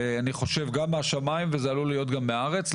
ואני חושב גם מהשמיים וזה עלול להיות גם מהארץ.